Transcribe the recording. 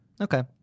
okay